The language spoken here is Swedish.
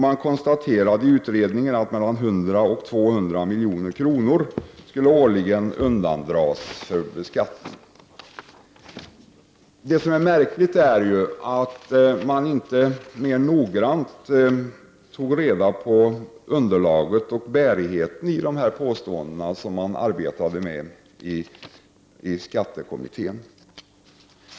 Man konstaterade i utredningen att här mellan 100 och 200 milj.kr. årligen skulle undandras beskattning. Det är märkligt att man inte mer noggrant undersökte bärigheten i de påståenden som skattekommittén hade arbetat med.